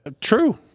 True